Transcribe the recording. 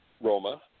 Roma